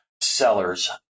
sellers